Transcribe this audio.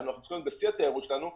כשאנחנו צריכים להיות בשיא התיירות שלנו,